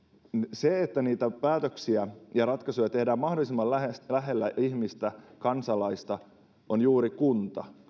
se että niitä päätöksiä ja ratkaisuja tehdään mahdollisimman lähellä lähellä ihmistä kansalaista ja juuri kunnassa